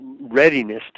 readiness